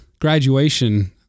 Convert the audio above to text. graduation